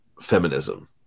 feminism